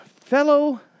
fellow